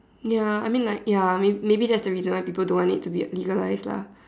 ya I mean like ya may maybe that's the reason why people don't want it to be legalized lah